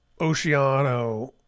Oceano